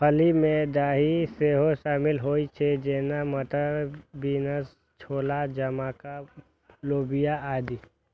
फली मे दालि सेहो शामिल होइ छै, जेना, मटर, बीन्स, छोला, राजमा, लोबिया आदि